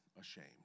ashamed